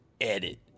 edit